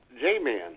J-Man